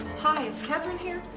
hi, is katherine here?